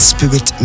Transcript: Spirit